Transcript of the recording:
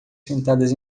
sentadas